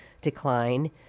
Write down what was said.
decline